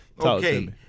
Okay